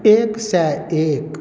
एक सए एक